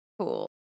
Cool